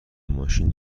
ماشین